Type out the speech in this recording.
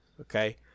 okay